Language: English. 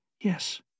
Yes